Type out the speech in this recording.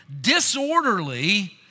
disorderly